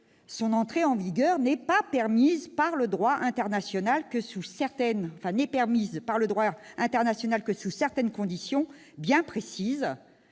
son entrée en vigueur n'est permise par le droit international que sous certaines conditions bien précises